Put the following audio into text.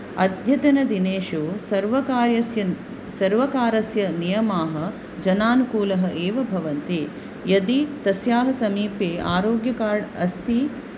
अद्यतन दिनेषु सर्वकार्यस्य सर्वकारस्य नियमाः जनानुकूलः एव भवन्ति यदि तस्याः समीपे आरोग्य कार्ड् अस्ति